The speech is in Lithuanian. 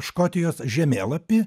škotijos žemėlapį